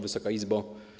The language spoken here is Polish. Wysoka Izbo!